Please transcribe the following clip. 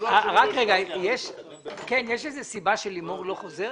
יש איזה סיבה שלימור לא חוזרת?